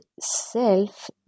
self